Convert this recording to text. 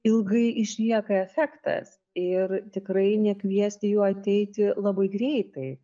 ilgai išlieka efektas ir tikrai nekviesti jų ateiti labai greitai